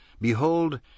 behold